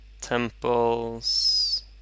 temples